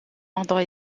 ordre